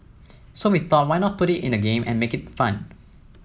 so we thought why not put it in a game and make it fun